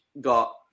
got